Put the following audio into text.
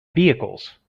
vehicles